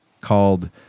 called